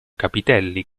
capitelli